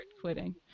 quitting